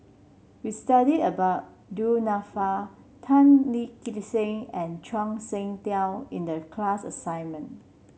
we studied about Du Nanfa Tan Lip Seng and Zhuang Shengtao in the class assignment